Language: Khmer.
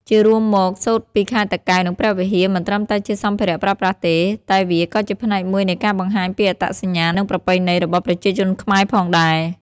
ជារួមមក សូត្រពីខេត្តតាកែវ និងព្រះវិហារ មិនត្រឹមតែជាសម្ភារៈប្រើប្រាស់ទេ តែវាក៏ជាផ្នែកមួយនៃការបង្ហាញពីអត្តសញ្ញាណ និងប្រពៃណីរបស់ប្រជាជនខ្មែរផងដែរ។